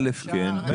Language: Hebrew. א', כן.